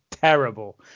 terrible